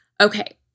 okay